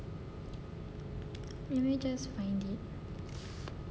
maybe just finding